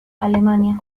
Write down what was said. alemania